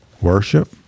worship